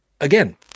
again